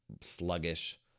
sluggish